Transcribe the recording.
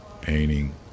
painting